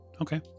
Okay